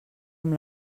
amb